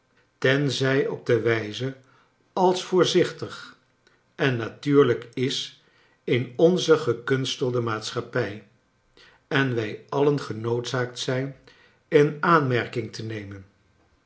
tenzij op de wijze als voorzichtig en natuurlijk is in onze gekunstelde maatschappij en wij alien genoodzaakt zij n in aanmerking te nemen